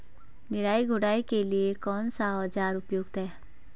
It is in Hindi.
निराई गुड़ाई के लिए कौन सा औज़ार उपयुक्त है?